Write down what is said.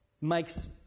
makes